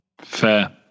Fair